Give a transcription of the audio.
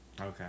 Okay